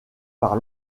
par